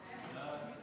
התשע"ו 2016, לוועדה